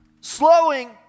slowing